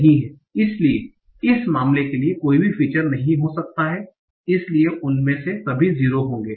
इसलिए इस मामले के लिए कोई भी फीचर नहीं हो सकता है इसलिए उनमें से सभी 0 होंगे